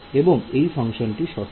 এবং এই ফাংশনটি সঠিক